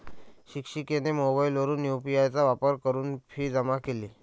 शिक्षिकेने मोबाईलवरून यू.पी.आय चा वापर करून फी जमा केली